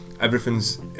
Everything's